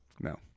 No